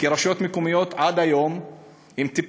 כי הרשויות המקומיות עד היום טיפלו,